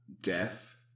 Death